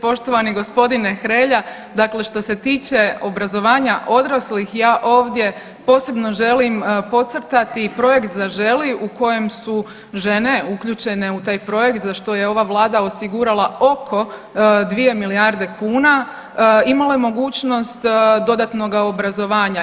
Poštovani gospodine Hrelja, dakle što se tiče obrazovanja odraslih ja ovdje posebno želim podcrtati projekt „Zaželi“ u kojem su žene uključene u taj projekt za što je ova Vlada osigurala oko 2 milijarde kuna imala je mogućnost dodatnoga obrazovanja.